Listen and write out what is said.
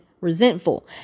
resentful